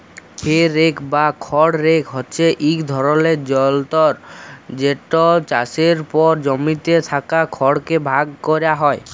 হে rake বা খড় rake হছে ইক ধরলের যলতর যেট চাষের পর জমিতে থ্যাকা খড়কে ভাগ ক্যরা হ্যয়